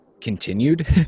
continued